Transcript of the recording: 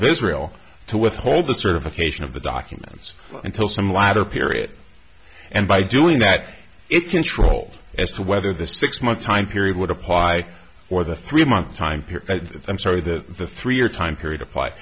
of israel to withhold the certification of the documents until some latter period and by doing that it controlled as to whether the six month time period would apply or the three month time period i'm sorry the the three year time period apply